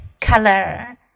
color